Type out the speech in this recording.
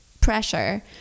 pressure